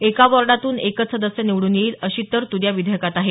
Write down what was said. एका वॉर्डातून एकच सदस्य निवडून येईल अशी तरतूद या विधेयकात आहे